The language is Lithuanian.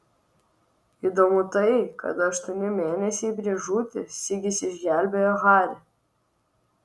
įdomu tai kad aštuoni mėnesiai prieš žūtį sigis išgelbėjo harį